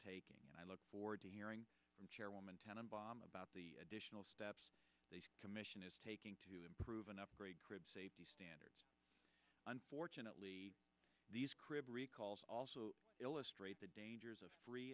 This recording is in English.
taking and i look forward to hearing from chairwoman town embalm about the additional steps the commission is taking to improve an upgrade crib safety standards unfortunately these crib recalls also illustrate the dangers of free